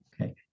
Okay